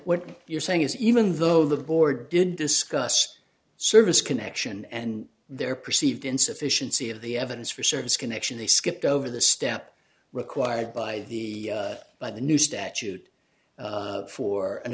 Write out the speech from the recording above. what you're saying is even though the board did discuss service connection and their perceived insufficiency of the evidence for service connection they skipped over the step required by the by the new statute for an